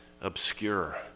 obscure